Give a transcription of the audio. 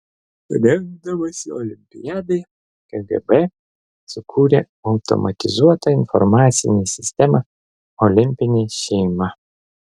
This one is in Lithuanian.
rengdamasi olimpiadai kgb sukūrė automatizuotą informacinę sistemą olimpinė šeima